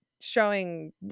Showing